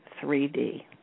3D